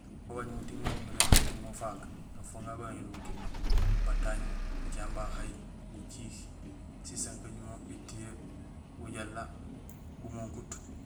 Babaj muting maan umiré éni uting mo ufaak, gafooŋ gagu béŋaño do butumi: batanj, bucaŋéén bahay, gijiik, sisankajumo, étiyee, gujééla, gumunkut.